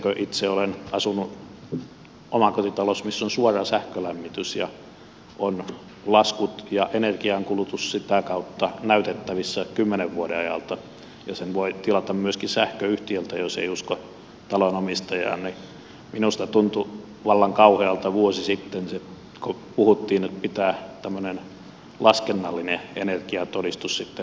kun itse olen asunut omakotitalossa missä on suora sähkölämmitys ja laskut ja energiankulutus ovat sitä kautta näytettävissä kymmenen vuoden ajalta ja sen voi tilata myöskin sähköyhtiöltä jos ei usko talon omistajaa niin minusta tuntui vallan kauhealta vuosi sitten se kun puhuttiin että pitää tämmöinen laskennallinen energiatodistus sitten hankkia